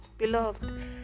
Beloved